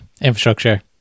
infrastructure